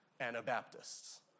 Anabaptists